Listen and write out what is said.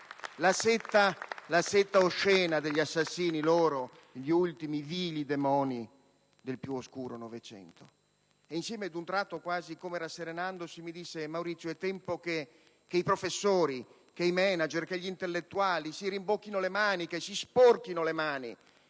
alla setta oscena degli assassini, degli ultimi vili demoni del più oscuro Novecento. Ad un tratto, come rasserenandosi, mi disse: «Maurizio, è tempo che i professori, i manager e gli intellettuali si rimbocchino le maniche, si sporchino le mani,